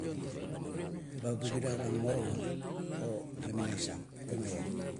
Ba buginar ang. Morowa o laminias ang temaieng.